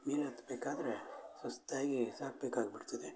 ಮೇಲೆ ಹತ್ತಬೇಕಾದ್ರೆ ಸುಸ್ತಾಗಿ ಸಾಕು ಬೇಕಾಗಿಬಿಡ್ತದೆ